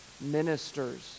ministers